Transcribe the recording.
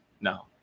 No